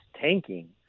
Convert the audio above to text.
tanking